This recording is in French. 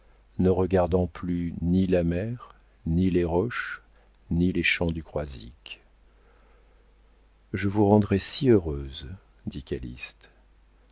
ne regardant plus ni la mer ni les roches ni les champs du croisic je vous rendrais si heureuse dit